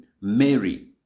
Mary